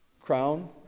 Crown